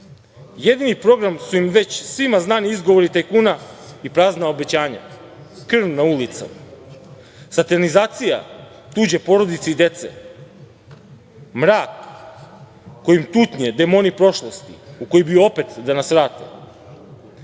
čoveka. Jedini program su im već svima znani izgovori tajkuna i prazna obećanja, krv na ulicama, satanizacija tuđe porodice i dece, mrak kojim tutnje demoni prošlosti, u koji bi opet da nas vrate.